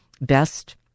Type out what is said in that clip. best